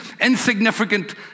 insignificant